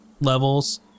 levels